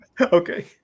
Okay